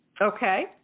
Okay